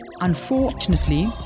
unfortunately